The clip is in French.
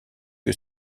que